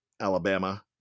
Alabama